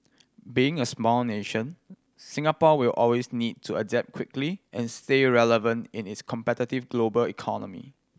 being a small nation Singapore will always need to adapt quickly and stay relevant in its competitive global economy